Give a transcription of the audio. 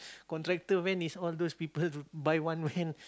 contractor when is all those people buy one when